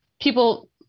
people